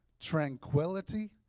tranquility